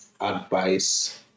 advice